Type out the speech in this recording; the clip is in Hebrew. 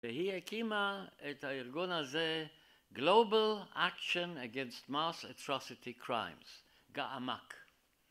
והיא הקימה את הארגון הזה Global Action Against Mass Atrocity Crimes - GAMAC